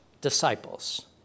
disciples